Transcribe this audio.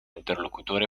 interlocutore